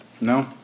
No